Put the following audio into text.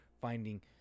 finding